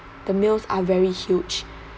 the meals are very huge